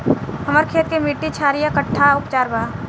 हमर खेत के मिट्टी क्षारीय बा कट्ठा उपचार बा?